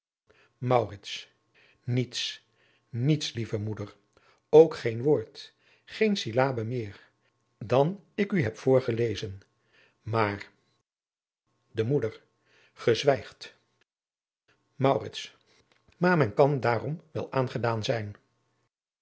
niets niets lieve moeder ook geen woord geene syllabe meer dan ik u heb voorgelezen maar de moeder gij zwijgt maurits maar men kan daarom wel aangedaan zijn